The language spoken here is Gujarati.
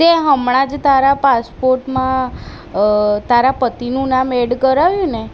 તે હમણાં જ તારા પાસપોર્ટમાં તારા પતિનું નામ એડ કરાવ્યું ને